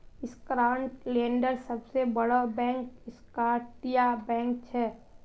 स्कॉटलैंडेर सबसे बोड़ो बैंक स्कॉटिया बैंक छे